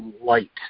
light